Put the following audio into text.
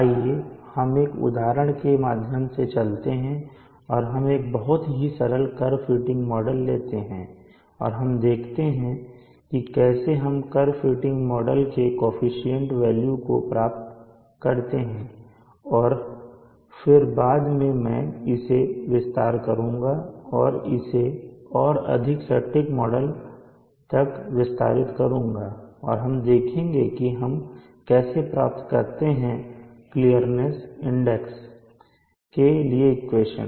आइए हम एक के उदाहरण के माध्यम से चलते हैं और हम एक बहुत ही सरल कर्व फिटिंग मॉडल लेते हैं और हम देखते हैं कि कैसे हम कर्व फिटिंग मॉडल के कोअफिशन्ट वेल्यू को प्राप्त करते हैं और फिर बाद में मैं इसे विस्तार करुंगा और इसे और अधिक सटीक मॉडल तक विस्तारित करुंगा और हम देखेंगे हम कैसे प्राप्त करते हैं क्लियरनेस इंडेक्स के लिए इक्वेशन